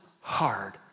hard